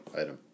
item